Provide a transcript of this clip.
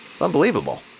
Unbelievable